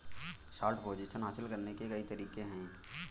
short position हासिल करने के कई तरीके हैं